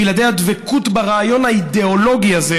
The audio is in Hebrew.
בלעדי הדבקות ברעיון האידיאולוגי הזה,